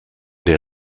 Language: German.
der